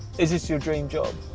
is this your dream job?